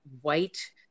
white